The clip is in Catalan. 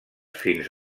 fins